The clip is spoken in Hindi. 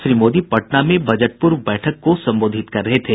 श्री मोदी पटना में बजट पूर्व बैठक को संबोधित कर रहे थे